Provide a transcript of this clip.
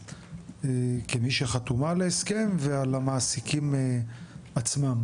כמי שחתומה על ההסכם ועל המעסיקים עצמם,